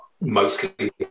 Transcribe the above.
mostly